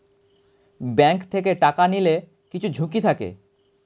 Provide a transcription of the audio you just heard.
bank থেকে টাকা নিলে কিছু ঝুঁকি থাকে